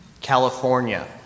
California